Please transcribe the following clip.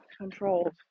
controlled